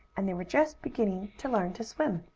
and they were just beginning to learn to swim.